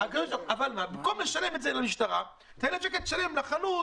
אבל במקום לשלם את הקנס למשטרה, שלם לחנות